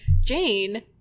Jane